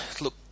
Look